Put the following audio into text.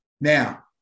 Now